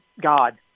God